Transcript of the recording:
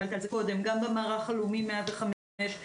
גם במערך הלאומי 105,